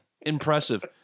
impressive